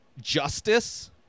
justice